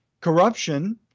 Corruption